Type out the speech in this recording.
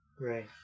right